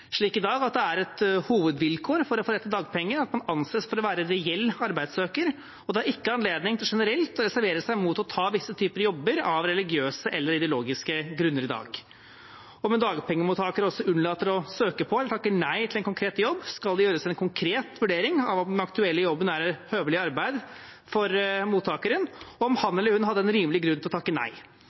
slik i dag at det er et hovedvilkår for å få rett til dagpenger at man anses for å være reell arbeidssøker. Det er ikke anledning til generelt å reservere seg mot å ta visse typer jobber av religiøse eller ideologiske grunner i dag. Om en dagpengemottaker unnlater å søke på eller takker nei til en konkret jobb, skal det gjøres en konkret vurdering av om den aktuelle jobben er høvelig arbeid for mottakeren, og om han eller hun hadde en rimelig grunn til å takke nei.